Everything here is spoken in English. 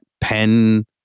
pen